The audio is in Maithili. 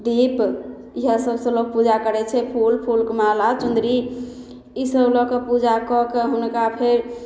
दीप इएहे सभसँ लोक पूजापाठ करय छै फूल फूलके माला चुन्दरी ई सभ लअ कऽ पूजा कए कऽ हुनका फेर